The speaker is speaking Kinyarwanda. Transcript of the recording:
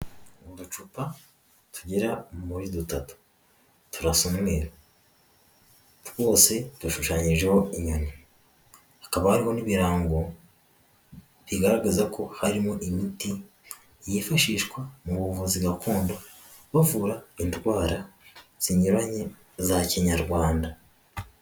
Mu macupa tugera muri dutatu turasa umweru twose bashushanyijeho inyoni hakaba hariho n'ibirango bigaragaza ko harimo imiti yifashishwa mu buvuzi gakondo bavura indwara zinyuranye za kinyarwanda.